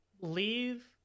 leave